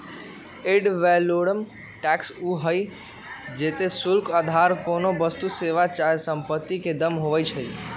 ad valorem tax उ हइ जेते शुल्क अधार कोनो वस्तु, सेवा चाहे सम्पति के दाम होइ छइ